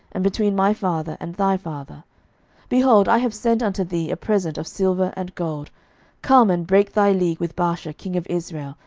and between my father and thy father behold, i have sent unto thee a present of silver and gold come and break thy league with baasha king of israel,